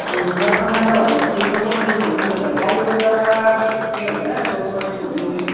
ए नत्र मैले त भनेको साथी टोटोमा जाऔँ भनेको नि त नत्र गाडीमा त यो हुन्छ टोटोमा जाऔँ भनेको नि